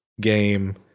game